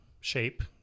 shape